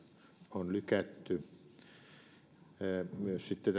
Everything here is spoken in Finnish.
on lykätty sitten